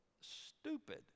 stupid